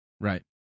Right